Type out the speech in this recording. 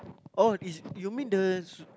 oh is you mean the